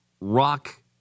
rock